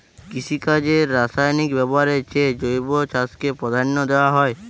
কৃষিকাজে রাসায়নিক ব্যবহারের চেয়ে জৈব চাষকে প্রাধান্য দেওয়া হয়